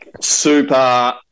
Super